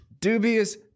dubious